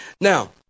Now